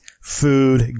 food